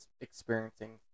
experiencing